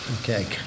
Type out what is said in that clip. Okay